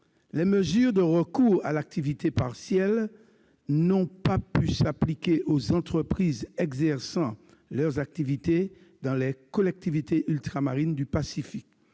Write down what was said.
les mesures de recours à l'activité partielle n'ont pas pu s'appliquer aux entreprises exerçant leurs activités dans les collectivités ultramarines du Pacifique.